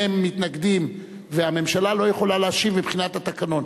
מתנגדים והממשלה לא יכולה להשיב מבחינת התקנון.